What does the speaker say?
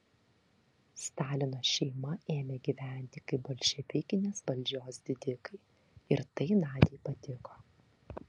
stalino šeima ėmė gyventi kaip bolševikinės valdžios didikai ir tai nadiai patiko